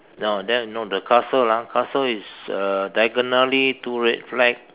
no that one no the castle lah castle is uh diagonally two red flag